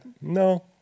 no